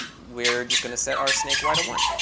we're just going to set our snakey to one.